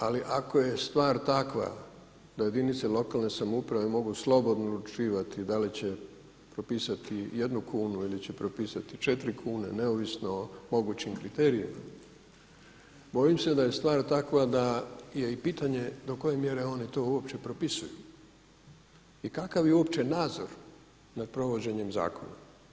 Ali ako je stvar takva da jedinice lokalne samouprave mogu slobodno odlučivati da li će propisati jednu kunu ili će propisati četiri kune neovisno o mogućim kriterijima bojim se da je stvar takva da je i pitanje do koje mjere oni to uopće propisuju i kakav je uopće nadzor nad provođenjem zakona.